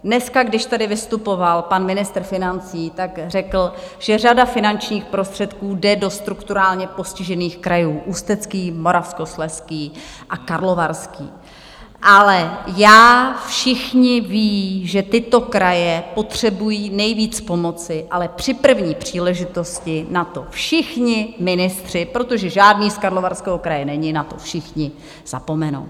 Dneska, když tady vystupoval pan ministr financí, řekl, že řada finančních prostředků jde do strukturálně postižených krajů Ústecký, Moravskoslezský a Karlovarský, ale já... všichni ví, že tyto kraje potřebují nejvíc pomoci, ale při první příležitosti na to všichni ministři, protože žádný z Karlovarského kraje není, na to všichni zapomenou.